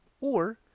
Or-